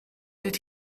did